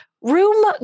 Room